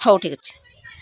ହଉ ଠିକ୍ ଅଛି